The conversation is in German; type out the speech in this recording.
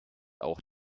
auch